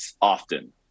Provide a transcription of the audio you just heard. often